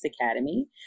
Academy